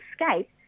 escape